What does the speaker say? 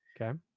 Okay